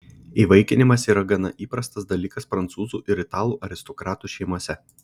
įvaikinimas yra gana įprastas dalykas prancūzų ir italų aristokratų šeimose